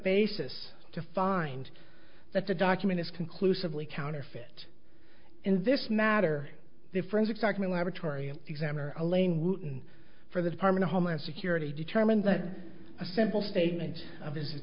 basis to find that the document is conclusively counterfeit in this matter the forensics argument laboratory examiner elaine wooton for the department of homeland security determined that a simple statement of